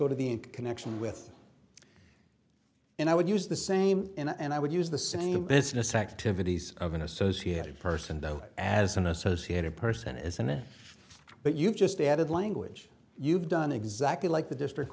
go to the connection with and i would use the same and i would use the same business activities of an associated person though as an associated person isn't it but you've just added language you've done exactly like the district